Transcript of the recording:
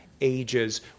ages